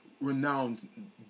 Renowned